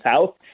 south